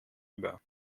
über